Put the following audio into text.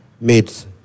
meet